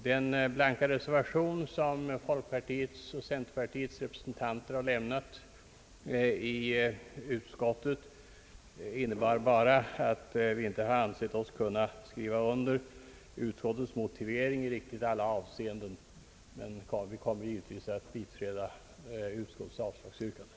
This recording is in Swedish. Den blanka reservation som «folkpartiets och centerns representanter lämnat i utskottet innebär bara att vi inte ansett oss kunna skriva under utskottets motivering i riktigt alla avseenden, men vi kommer givetvis att biträda utskottets avslagsyrkande,